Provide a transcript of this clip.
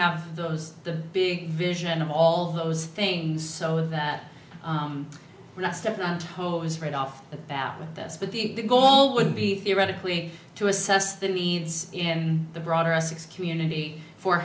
have those the big vision of all those things so that we're not step on toes right off the bat with this but the goal would be theoretically to assess the needs in the broader essex community for